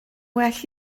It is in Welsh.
well